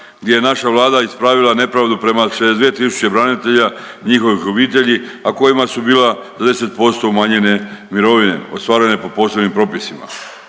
gdje je naša Vlada ispravila nepravdu prema 62 tisuće branitelja i njihovih obitelji, a kojima su bila za 10% umanjene mirovine ostvarene po posebnim propisima.